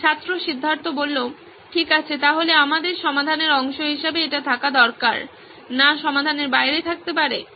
ছাত্র সিদ্ধার্থ ঠিক আছে তাহলে আমাদের সমাধানের অংশ হিসাবে এটি থাকা দরকার না সমাধানের বাইরে থাকতে পারে